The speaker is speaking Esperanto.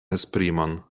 esprimon